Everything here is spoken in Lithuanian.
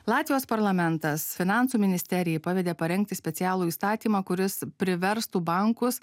latvijos parlamentas finansų ministerijai pavedė parengti specialų įstatymą kuris priverstų bankus